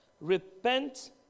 Repent